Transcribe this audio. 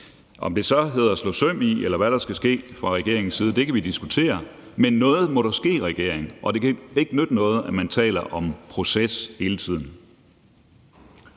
Om det så hedder at slå søm i, eller hvad der skal ske fra regeringens side, kan vi diskutere, men noget må der ske, regering. Det kan ikke nytte noget, at man taler om proces hele tiden.